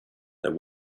there